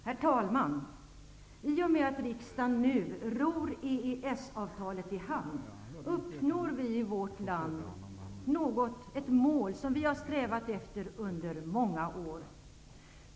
Herr talman! I och med att riksdagen nu ror EES avtalet i hamn uppnår vi i vårt land ett mål som vi har strävat efter under många år.